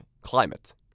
climate